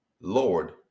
Lord